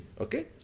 Okay